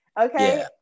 Okay